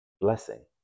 Blessing